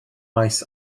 maes